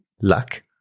luck